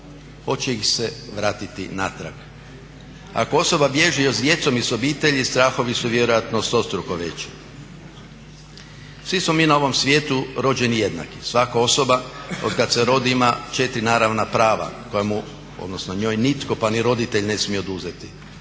hoće li ih se vratiti natrag? Ako osoba bježi s djecom i s obitelji strahovi su vjerojatno stostruko veći. Svi smo mi na ovom svijetu rođeni jednaki. Svaka osoba od kad se rodi ima 4 naravna prava koja mu odnosno njoj nitko pa ni roditelj ne smije oduzeti.